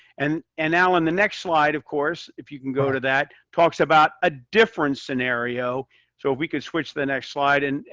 and and now in the next slide, of course if you can go to that talks about a different scenario. so if we could switch to the next slide. and,